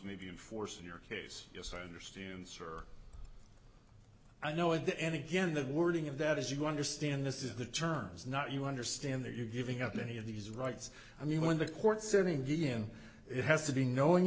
may be enforced in your case yes i understand sir i know at the end again the wording of that is you understand this is the terms not you understand that you're giving up any of these rights i mean when the court sitting in it has to be knowing